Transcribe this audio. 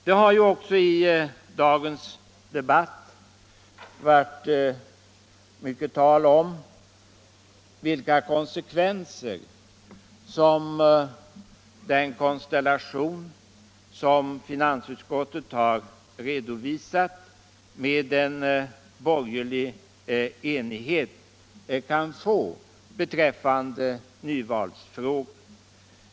Det har också i dagens debatt varit mycket tal om vilka konsekvenser som den konstellation med en borgerlig enighet, som finansutskottet har redovisat, kan få beträffande nyvalsfrågan.